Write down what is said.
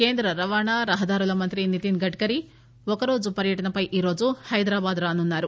కేంద్ర రవాణా రహదారుల మంత్రి నితిన్గడ్కరీ ఒకరోజు పర్యటనపై ఈరోజు హైదరాబాద్ రానున్నారు